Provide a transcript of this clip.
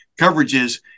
coverages